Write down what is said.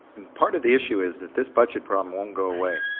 and part of the issue is that this budget problem won't go away.